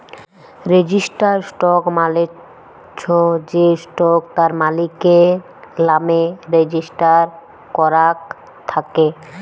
registered stock মালে চ্ছ যে স্টক তার মালিকের লামে রেজিস্টার করাক থাক্যে